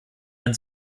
denn